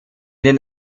den